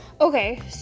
Okay